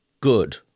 good